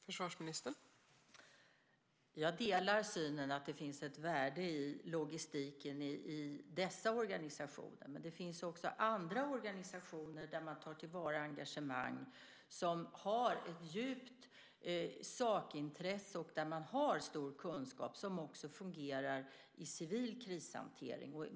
Fru talman! Jag delar synen att det finns ett värde i logistiken i dessa organisationer, men det finns andra organisationer där man tar till vara engagemang, som har ett djupt sakintresse och där man har stor kunskap som också fungerar i civil krishantering.